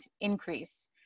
increase